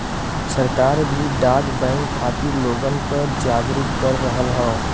सरकार भी डाक बैंक खातिर लोगन क जागरूक कर रहल हौ